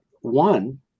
one